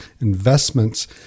investments